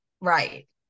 right